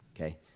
okay